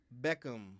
Beckham